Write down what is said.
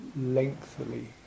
lengthily